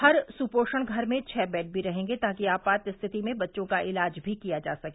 हर सुपोषण घर में छह बेड भी रहेंगे ताकि आपात स्थिति में बच्चों का इलाज भी किया जा सके